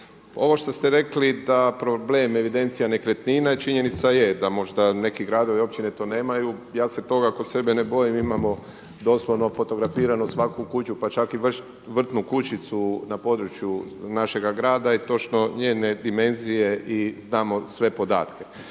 ovo što ste rekli da problem evidencija nekretnina i činjenica je da možda neki gradovi i općine to nemaju. Ja se toga kod sebe ne bojim. Imamo doslovno fotografiranu svaku kuću, pa čak i vrtnu kućicu na području našega grada i točno njene dimenzije i znamo sve podatke.